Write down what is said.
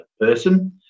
person